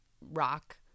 rock